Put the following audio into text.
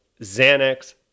Xanax